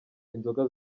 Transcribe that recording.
inzoga